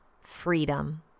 freedom